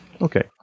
Okay